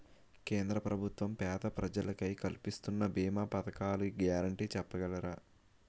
కేంద్ర ప్రభుత్వం పేద ప్రజలకై కలిపిస్తున్న భీమా పథకాల గ్యారంటీ చెప్పగలరా?